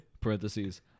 Parentheses